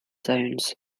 zones